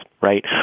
right